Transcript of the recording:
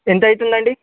ఎంతవుతుంది అండి